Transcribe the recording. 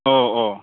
अ अ